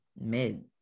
mid